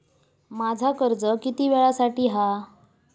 माझा कर्ज किती वेळासाठी हा?